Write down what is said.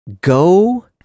go